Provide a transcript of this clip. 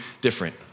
different